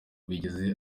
bigize